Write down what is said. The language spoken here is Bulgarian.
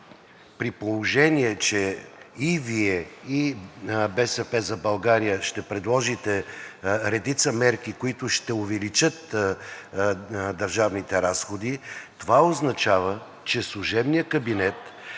при положение че и Вие, и „БСП за България“ ще предложите редица мерки, които ще увеличат държавните разходи, това означава, че служебният кабинет